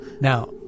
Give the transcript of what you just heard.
Now